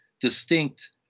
distinct